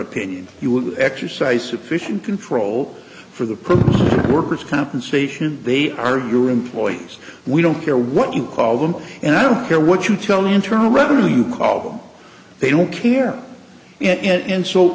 opinion you would exercise sufficient control for the workers compensation they are your employees we don't care what you call them and i don't care what you tell me internal revenue you call them they don't care and